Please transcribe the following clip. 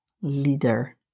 leader